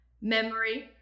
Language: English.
memory